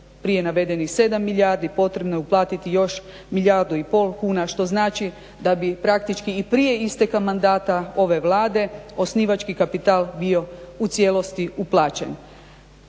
prije navedenih 7 milijardi potrebno je uplatiti još milijardu i pol kuna što znači da bi praktički i prije isteka mandata ove Vlade osnivački kapital bio u cijelosti uplaćen.